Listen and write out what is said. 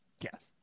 Yes